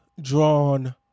drawn